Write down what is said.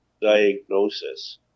diagnosis